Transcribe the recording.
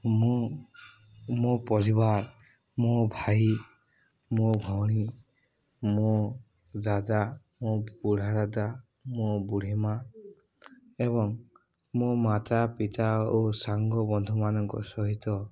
ମୁଁ ମୋ ପରିବାର ମୋ ଭାଇ ମୋ ଭଉଣୀ ମୋ ଦାଦା ମୋ ବୁଢ଼ା ଦାଦା ମୋ ବୁଢ଼ୀ ମାଆ ଏବଂ ମୋ ମାତା ପିତା ଓ ସାଙ୍ଗ ବନ୍ଧୁମାନଙ୍କ ସହିତ